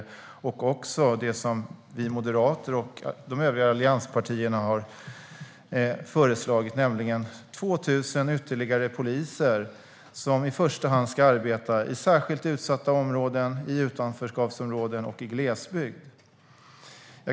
Det handlar också om det vi moderater och de övriga allianspartierna har föreslagit, nämligen 2 000 ytterligare poliser som i första hand ska arbeta i särskilt utsatta områden, i utanförskapsområden och i glesbygd.